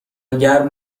گرم